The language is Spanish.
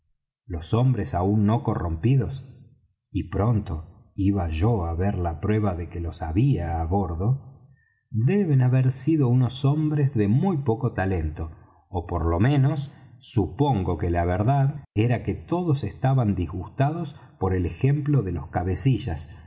meridiana silver era el capitán y disponía de una imponente tripulación de rebeldes los hombres aun no corrompidos y pronto iba yo á ver la prueba de que los había á bordo deben haber sido unos hombres de muy poco talento o por lo menos supongo que la verdad era que todos estaban disgustados por el ejemplo de los cabecillas